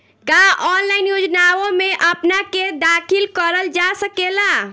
का ऑनलाइन योजनाओ में अपना के दाखिल करल जा सकेला?